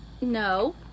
no